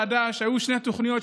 היינו מוסיפים תמריצים לאנשי המקצוע